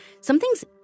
something's